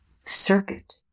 circuit